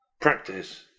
practice